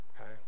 okay